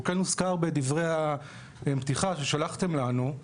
והוא כן הוזכר בדברי הפתיחה ששלחתם לנו: